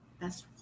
Best